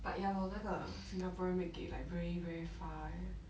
but ya lor 那个 singaporean make it like very very far eh